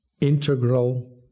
integral